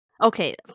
Okay